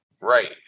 Right